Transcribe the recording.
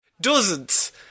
Dozens